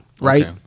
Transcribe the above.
right